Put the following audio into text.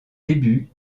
débuts